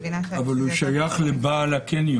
הדפנו רעיונות יותר מחמירים שלא הגיעו לכאן,